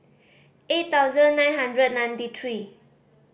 eight thousand nine hundred ninety three